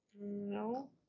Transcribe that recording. No